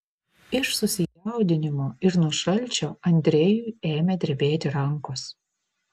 iš susijaudinimo ir nuo šalčio andrejui ėmė drebėti rankos